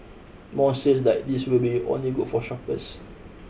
more sales like these will only be good for shoppers